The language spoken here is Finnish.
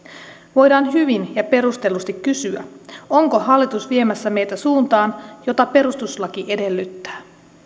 voidaan hyvin ja perustellusti kysyä onko hallitus viemässä meitä suuntaan jota perustuslaki edellyttää